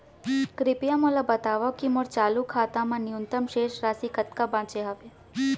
कृपया मोला बतावव की मोर चालू खाता मा न्यूनतम शेष राशि कतका बाचे हवे